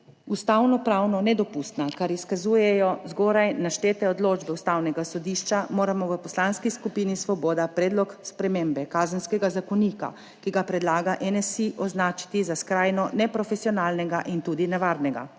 ustavnopravno nedopustna, kar izkazujejo zgoraj naštete odločbe Ustavnega sodišča, moramo v Poslanski skupini Svoboda predlog spremembe Kazenskega zakonika, ki ga predlaga NSi, označiti za skrajno neprofesionalnega in tudi nevarnega.